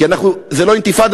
כי זה לא אינתיפאדה,